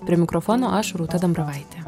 prie mikrofono aš rūta dambravaitė